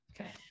Okay